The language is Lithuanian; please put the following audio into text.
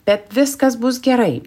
bet viskas bus gerai